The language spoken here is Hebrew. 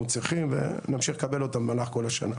צריכים ונמשיך לקבל אותם במהלך כל השנה.